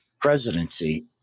presidency